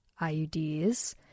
iud's